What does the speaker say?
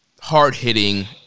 hard-hitting